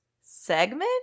segment